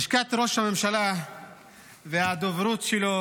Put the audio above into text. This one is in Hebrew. לשכת ראש הממשלה והדוברות שלו